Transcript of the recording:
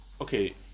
Okay